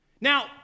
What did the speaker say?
Now